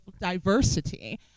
diversity